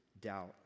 doubt